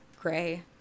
Gray